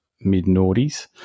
mid-noughties